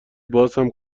بازهم